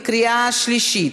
בקריאה שלישית.